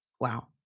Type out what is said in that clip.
Wow